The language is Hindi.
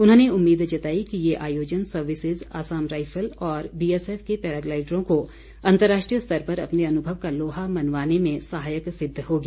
उन्होंने उम्मीद जताई कि ये आयोजन सर्विसिज आसाम राईफल और बीएसएफ के पैराग्लाईडरों को अंतर्राष्ट्रीय स्तर पर अपने अनुभव का लोहा मनावाने में सहायक सिद्ध होगी